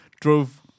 drove